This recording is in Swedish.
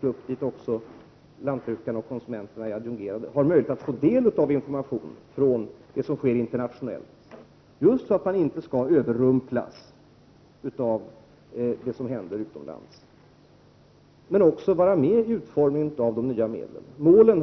grupp, till vilken också konsumenterna och lantbrukarna är adjungerade, finns det möjlighet att ta del av information om vad som sker internationellt, just för att man inte skall överrumplas av det som händer utomlands. Man har också möjlighet att vara med om utformningen av de nya medlen.